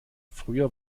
früher